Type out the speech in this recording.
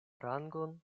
rangon